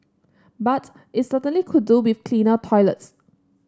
but it certainly could do with cleaner toilets